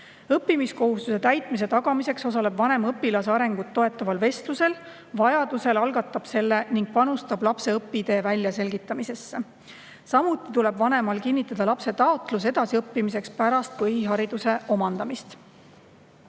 Õppimiskohustuse täitmise tagamiseks osaleb vanem õpilase arengut toetaval vestlusel, vajadusel algatab selle ning panustab lapse õpitee väljaselgitamisse. Samuti tuleb vanemal kinnitada lapse taotlus edasiõppimiseks pärast põhihariduse omandamist.